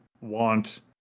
want